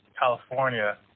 California